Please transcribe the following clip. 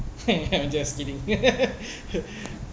just kidding